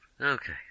Okay